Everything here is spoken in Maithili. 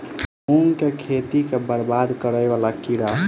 मूंग की खेती केँ बरबाद करे वला कीड़ा?